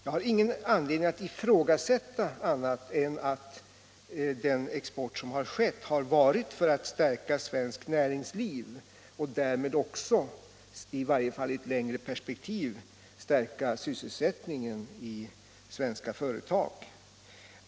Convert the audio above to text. Jag har ingen anledning att ifrågasätta att den export som skett har kommit till stånd för att stärka svenskt näringsliv och därmed också i varje fall i ett längre perspektiv stärka sysselsättningen i svenska företag.